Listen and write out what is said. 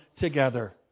together